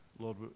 Lord